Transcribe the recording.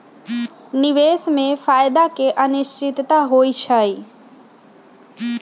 निवेश में फायदा के अनिश्चितता होइ छइ